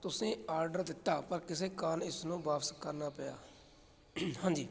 ਤੁਸੀਂ ਆਡਰ ਦਿੱਤਾ ਪਰ ਕਿਸੇ ਕਾਰਨ ਇਸਨੂੰ ਵਾਪਸ ਕਰਨਾ ਪਿਆ ਹਾਂਜੀ